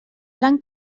blanc